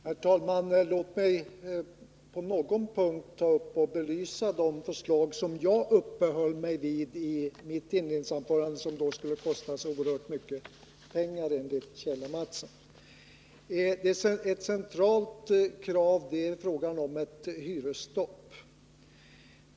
Herr talman! Låt mig på någon punkt ta upp och belysa de förslag som jag uppehöll mig vid i mitt inledningsanförande och som enligt Kjell A. Mattsson skulle kosta så oerhört mycket pengar. Ett centralt krav är hyresstopp.